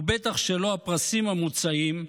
ובטח שלא הפרסים המוצעים,